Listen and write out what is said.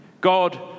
God